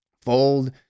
Fold